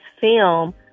film